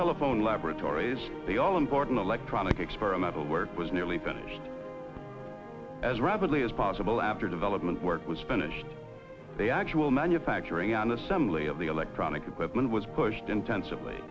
telephone laboratories the all important electronic experimental work was nearly finished as rapidly as possible after development work was finished the actual manufacturing on assembly of the electronic equipment was pushed intensively